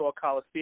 Coliseum